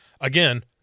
Again